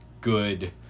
good